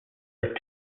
are